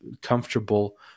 comfortable